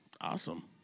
awesome